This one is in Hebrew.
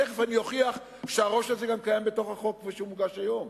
תיכף אוכיח שהראש הזה גם קיים בתוך החוק כפי שהוא מוגש היום.